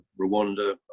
rwanda